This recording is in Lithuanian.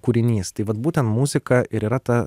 kūrinys tai vat būtent muzika ir yra ta